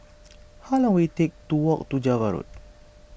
how long will it take to walk to Java Road